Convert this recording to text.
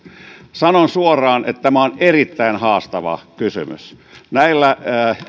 sanon suoraan että tämä on erittäin haastava kysymys näillä